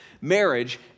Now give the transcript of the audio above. Marriage